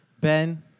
Ben